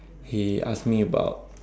he asked me about